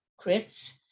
crits